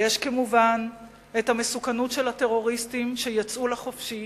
ויש כמובן המסוכנות של הטרוריסטים שיצאו לחופשי